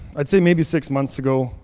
i'd say maybe six months ago,